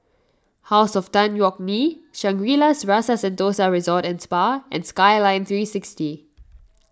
House of Tan Yeok Nee Shangri La's Rasa Sentosa Resort and Spa and Skyline three sixty